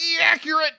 accurate